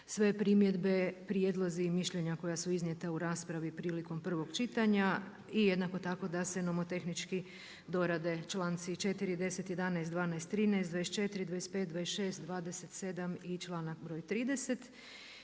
sve primjedbe, prijedlozi i mišljenja koja su iznijeta u raspravi prilikom prvog čitanja i jednako tako da se nomotehnički dorade članci 4., 10., 11., 12., 13., 24., 25., 26., 27. i članak broj 30.